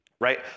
right